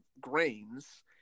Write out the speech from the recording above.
grain's